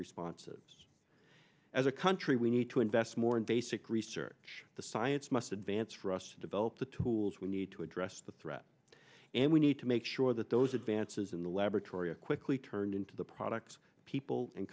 responses as a country we need to invest more in basic research the science must advance for us to develop the tools we need to address the threat and we need to make sure that those advances in the laboratory of quickly turned into the products people